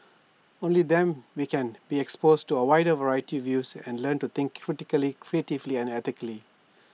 only them we can be exposed to A wider variety views and learn to think critically creatively and ethically